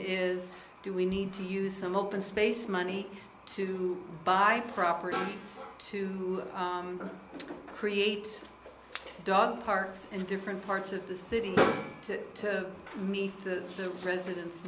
is do we need to use some open space money to buy property to create dog parks and different parts of the city to to meet the president